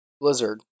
Blizzard